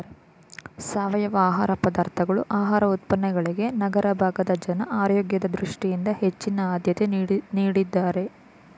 ಸಾವಯವ ಆಹಾರ ಪದಾರ್ಥಗಳು ಆಹಾರ ಉತ್ಪನ್ನಗಳಿಗೆ ನಗರ ಭಾಗದ ಜನ ಆರೋಗ್ಯದ ದೃಷ್ಟಿಯಿಂದ ಹೆಚ್ಚಿನ ಆದ್ಯತೆ ನೀಡಿದ್ದಾರೆ